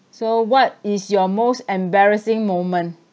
so what is your most embarrassing moment